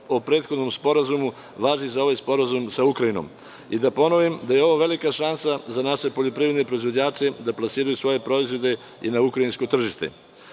o prethodnom sporazumu važi za ovaj sporazum sa Ukrajinom. Da ponovim, da je ovo velika šansa za naše poljoprivredne proizvođače da plasiraju svoje proizvode i na ukrajinsko tržište. Još